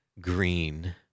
green